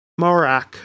Morak